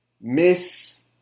Miss